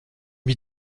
mis